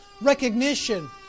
recognition